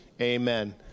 amen